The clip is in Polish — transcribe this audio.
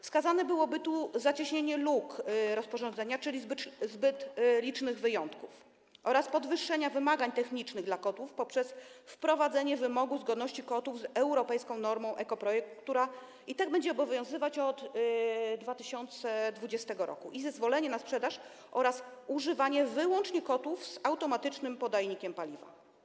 Wskazane byłoby zacieśnienie, usunięcie luk w rozporządzeniu, czyli zbyt licznych wyjątków, oraz podwyższenie wymagań technicznych dla kotłów poprzez wprowadzenie wymogu zgodności kotłów z europejską normą ekoprojekt, która i tak będzie obowiązywać od 2020 r., i zezwolenie na sprzedaż oraz używanie wyłącznie kotłów z automatycznym podajnikiem paliwa.